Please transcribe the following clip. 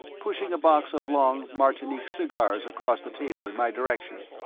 pushing a box of long martinique cigars across the table in my direction.